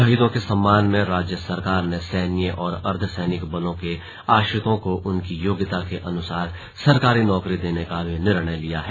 शहीदों के सम्मान में राज्य सरकार ने सैन्य और अर्दधसैनिक बलों के आश्रितों को उनकी योग्यता के अनुसार सरकारी नौकरी देने का भी निर्णय लिया है